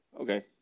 Okay